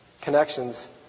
connections